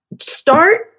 Start